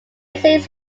essays